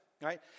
right